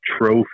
trophy